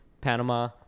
Panama